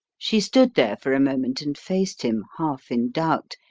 she stood there for a moment and faced him, half in doubt,